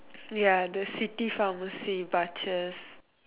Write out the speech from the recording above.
ya the city pharmacy